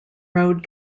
road